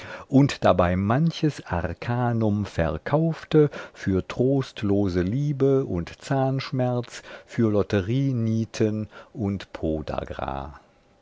und dabei manches arkanum verkaufte für trostlose liebe und zahnschmerz für lotterienieten und